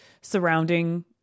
surrounding